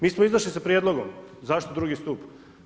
Mi smo izašli sa prijedlogom, zašto II. stup?